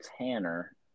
tanner